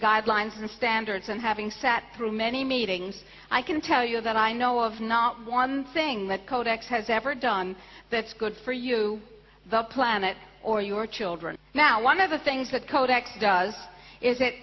guidelines and standards and having sat through many meetings i can tell you that i know of not one thing that codex has ever done that's good for you the planet or your children now one of the things that codex does is it